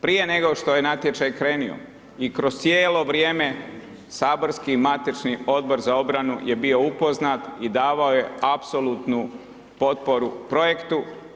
Prije nego što je natječaj krenuo i kroz cijelo vrijeme saborski matični Odbor za obranu je bio upoznat i davao je apsolutnu potporu projektu.